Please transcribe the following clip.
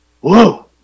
Whoa